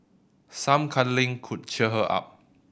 some cuddling could cheer her up